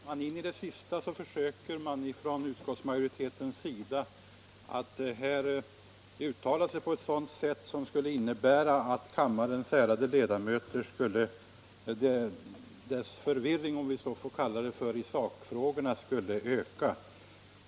Herr talman! In i det sista försöker man här från utskottsmajoritetens sida att uttala sig på ett sätt som gör att förvirringen i sak hos kammarens ärade ledamöter — om jag så får uttrycka mig — ökar.